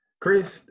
Chris